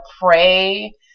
pray